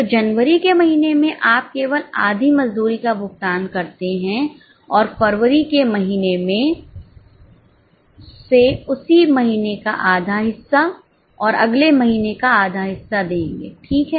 तो जनवरी के महीने में आप केवल आधी मजदूरी का भुगतान करते हैं और फरवरी के महीने से उसी महीने का आधा हिस्सा और अगले महीने का आधा हिस्सा देंगे ठीक है